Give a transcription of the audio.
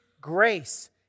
grace